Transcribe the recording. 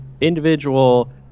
individual